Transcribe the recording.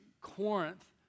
Corinth